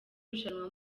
rushanwa